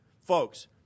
folks